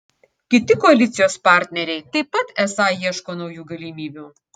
kiti koalicijos partneriai taip pat esą ieško naujų galimybių